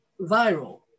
viral